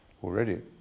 Already